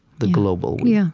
the global we. yeah